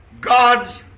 God's